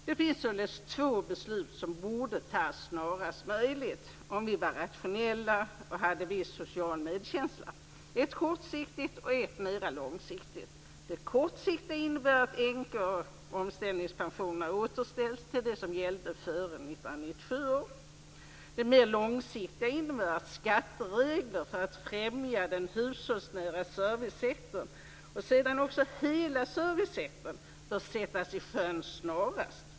Det finns således två beslut som borde fattas snarast möjligt om vi var rationella och hade viss social medkänsla - ett kortsiktigt och ett mera långsiktigt. Det kortsiktiga innebär att änke och omställningspensionerna återställs till det som gällde före Det mer långsiktiga innebär att skatteregler för att främja den hushållsnära servicesektorn och sedan också hela servicesektorn bör sättas i sjön snarast.